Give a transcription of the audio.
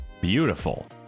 beautiful